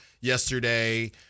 yesterday